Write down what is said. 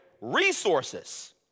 resources